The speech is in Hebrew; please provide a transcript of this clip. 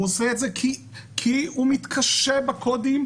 הוא עושה את זה כי הוא מתקשה בקודים,